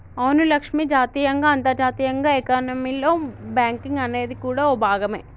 అవును లక్ష్మి జాతీయంగా అంతర్జాతీయంగా ఎకానమీలో బేంకింగ్ అనేది కూడా ఓ భాగమే